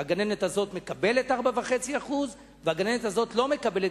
את זה שהגננת הזאת מקבלת 4.5% והגננת הזאת לא מקבלת,